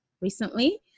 recently